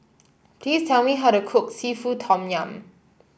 please tell me how to cook seafood Tom Yum